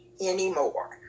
anymore